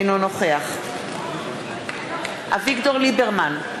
אינו נוכח אביגדור ליברמן,